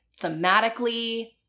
thematically